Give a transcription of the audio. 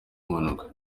impanuka